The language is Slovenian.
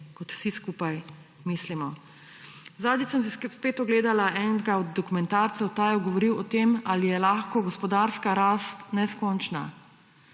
kot vsi skupaj mislimo. Zadnjič sem si spet ogledala enega od dokumentarcev, ta je govoril o tem, ali je lahko gospodarska rast neskončna.